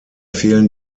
fehlen